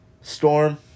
storm